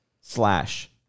slash